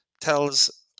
tells